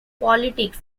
politics